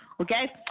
okay